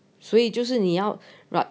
所以就是你要 but